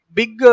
big